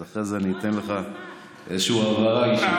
אז אחרי זה אני אתן לך הבהרה אישית.